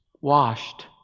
washed